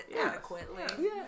adequately